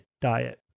diet